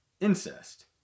incest